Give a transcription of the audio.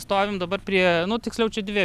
stovim dabar prie nu tiksliau čia dvi